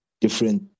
different